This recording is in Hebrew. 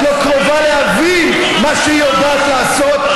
את לא קרובה להבין מה שהיא יודעת לעשות,